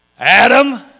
Adam